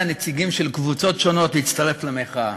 נציגים של קבוצות שונות להצטרף למחאה.